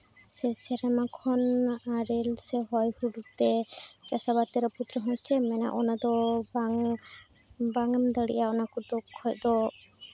ᱥᱮ ᱥᱮᱨᱢᱟ ᱠᱷᱚᱱᱟᱜ ᱟᱨᱮᱞ ᱥᱮ ᱦᱚᱭ ᱵᱷᱟᱹᱨᱰᱩ ᱛᱮ ᱪᱟᱥ ᱟᱵᱟᱫ ᱨᱟᱹᱯᱩᱫ ᱨᱮᱦᱚᱸᱭ ᱪᱮᱫ ᱮᱢ ᱢᱮᱱᱟ ᱚᱱᱟ ᱫᱚ ᱵᱟᱝ ᱵᱟᱝ ᱮᱢ ᱫᱟᱲᱮᱭᱟᱜᱼᱟ ᱚᱱᱟ ᱠᱚᱫᱚ ᱠᱷᱚᱡ ᱫᱚ